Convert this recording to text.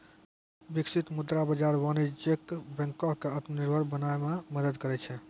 बिकसित मुद्रा बाजार वाणिज्यक बैंको क आत्मनिर्भर बनाय म मदद करै छै